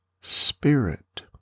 Spirit